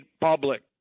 public